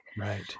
Right